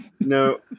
No